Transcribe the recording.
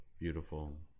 Beautiful